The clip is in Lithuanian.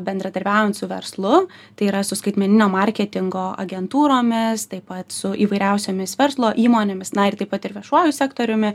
bendradarbiaujant su verslu tai yra su skaitmeninio marketingo agentūromis taip pat su įvairiausiomis verslo įmonėmis na ir taip pat ir viešuoju sektoriumi